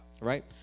Right